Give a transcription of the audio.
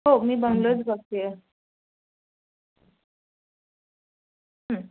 हो मी बंगलोच बघते आहे